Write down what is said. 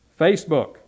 Facebook